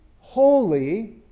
holy